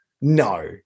No